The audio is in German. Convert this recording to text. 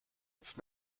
ich